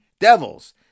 Devils